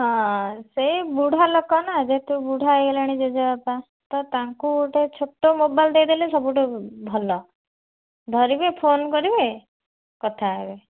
ହଁ ସେଇ ବୁଢ଼ା ଲୋକ ନା ଯେତେ ବୁଢ଼ା ହେଇଗଲେଣି ଜେଜେବାପା ତ ତାଙ୍କୁ ଗୋଟେ ଛୋଟ ମୋବାଇଲ୍ ଦେଇଦେଲେ ସବୁଠୁ ଭଲ ଧରିବେ ଫୋନ୍ କରିବେ କଥା ହେବେ